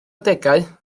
adegau